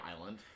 island